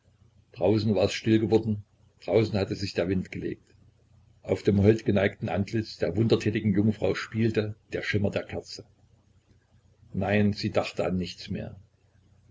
draußen war es still geworden draußen hatte sich der wind gelegt auf dem holdgeneigten antlitz der wundertätigen jungfrau spielte der schimmer der kerze nein sie dachte an nichts mehr